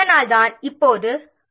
எனவே இப்போது அதைபற்றி விவாதிக்கலாம்